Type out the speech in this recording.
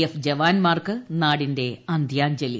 F ജവാൻമാർക്ക് നാടിന്റെ അന്ത്യാഞ്ജലി